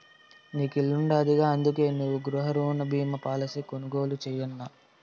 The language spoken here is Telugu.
నీకు ఇల్లుండాదిగా, అందుకే నువ్వు గృహరుణ బీమా పాలసీ కొనుగోలు చేయన్నా